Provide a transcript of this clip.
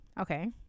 okay